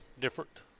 Different